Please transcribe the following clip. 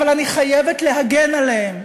אבל אני חייבת להגן עליהם,